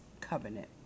covenant